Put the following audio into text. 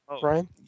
Brian